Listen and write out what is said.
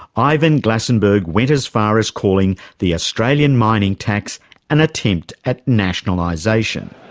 ivan glasenberg went as far as calling the australian mining tax an attempt at nationalisation.